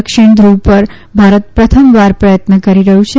દક્ષિણ ધૂવ પર ભારત પ્રથમવાર પ્રથત્ન કરી રહ્યું છે